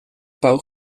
pauw